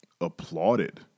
applauded